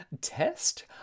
test